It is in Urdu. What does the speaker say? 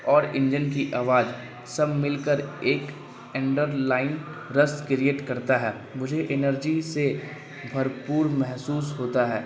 اور انجن کی آواز سب مل کر ایک انڈر لائن رس کریئیٹ کرتا ہے مجھے انرجی سے بھرپور محسوس ہوتا ہے